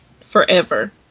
forever